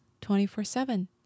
24-7